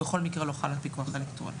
בכל מקרה לא חל הפיקוח האלקטרוני.